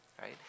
right